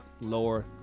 lower